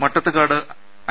Mattathukad I